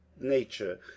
nature